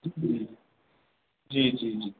जी जी जी जी